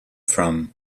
from